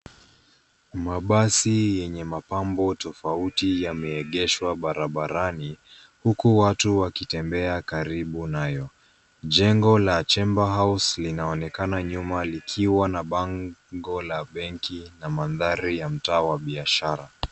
Mabasi yenye mapambo tofauti yameegeshwa barabarani, huku watu wakitembea karibu nayo. Jengo la Chamber House linaonekana nyuma, likiwa na bango la benki na mandhari ya mtaa wa biashara.